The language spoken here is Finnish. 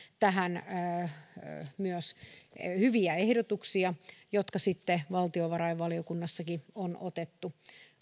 tähän hyviä ehdotuksia jotka sitten valtiovarainvaliokunnassakin on otettu